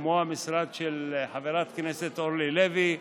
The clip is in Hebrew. כמו המשרד של חברת הכנסת אורלי לוי,